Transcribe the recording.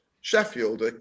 Sheffield